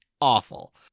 Awful